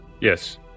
Yes